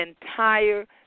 entire